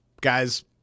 guys